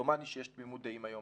דומני שיש תמימות-דעים היום